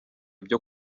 byo